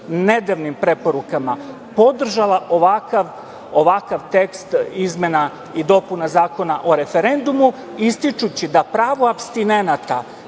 nedavnim preporukama, podržala ovakav tekst izmena i dopuna Zakona o referendumi ističući da pravo apstinenata